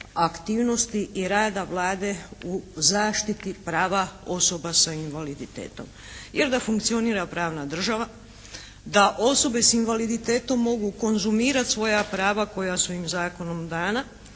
aktivnosti i rada Vlade u zaštiti prava osoba sa invaliditetom, jer da funkcionira pravna država, da osobe s invaliditetom mogu konzumirati svoja prava koja su im zakonom dana